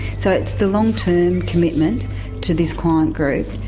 so it's the long term commitment to this client group,